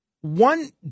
one